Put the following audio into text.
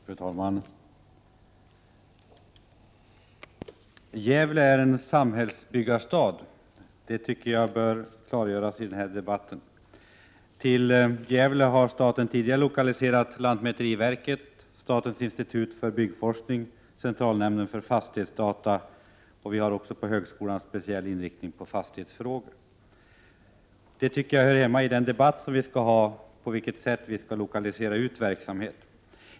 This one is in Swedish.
Fru talman! Gävle är en samhällsbyggarstad — det tycker jag bör klargöras i den här debatten. Till Gävle har staten tidigare lokaliserat lantmäteriverket, statens institut för byggnadsforskning och centralnämnden för fastighetsdata. Och vid högskolan har vi också en speciell inriktning på fastighetsfrågor. Jag tycker att detta hör hemma i debatten om på vilket sätt vi skall utlokalisera den nu aktuella verksamheten.